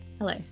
Hello